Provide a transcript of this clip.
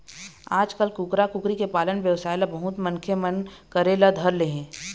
आजकाल कुकरा, कुकरी के पालन बेवसाय ल बहुत मनखे मन करे ल धर ले हे